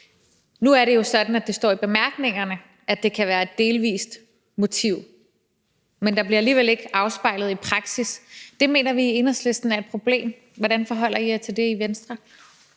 Nu er det jo sådan, at det står i bemærkningerne, at det kan være et delvist motiv, men det bliver alligevel ikke afspejlet i praksis. Det mener vi i Enhedslisten er et problem. Hvordan forholder I jer til det i Venstre?